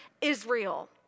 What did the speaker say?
Israel